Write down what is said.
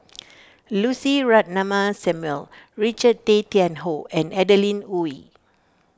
Lucy Ratnammah Samuel Richard Tay Tian Hoe and Adeline Ooi